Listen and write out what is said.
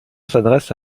s’adresse